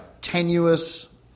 Tenuous